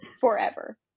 forever